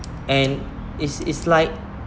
and is is like